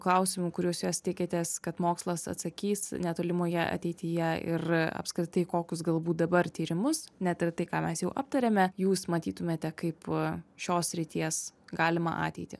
klausimų kuriuos jos tikitės kad mokslas atsakys netolimoje ateityje ir apskritai kokius galbūt dabar tyrimus net ir tai ką mes jau aptarėme jūs matytumėte kaip šios srities galimą ateitį